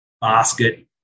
basket